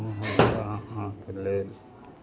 अहाँके लेल